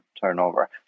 turnover